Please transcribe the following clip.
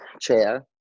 chair